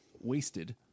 wasted